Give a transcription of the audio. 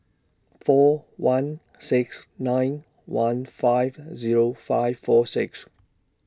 four one six nine one five Zero five four six